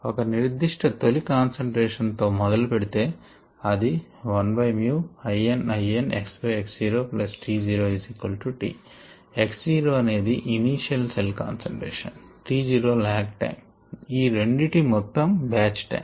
ఒక నిర్దిష్ట తొలి కాన్సంట్రేషన్ తో మొదలు పెడితే అది 1ln xx0t0t x0 అనేది ఇనీషియల్ సెల్ కాన్సంట్రేషన్ t0లాగ్ టైమ్ ఈ రెండిటి మొత్తం బ్యాచ్ టైమ్